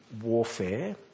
warfare